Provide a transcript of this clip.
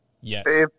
Yes